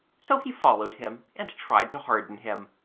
so he followed him and tried to hearten him.